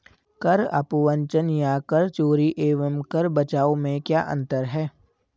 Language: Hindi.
कर अपवंचन या कर चोरी एवं कर बचाव में क्या अंतर है?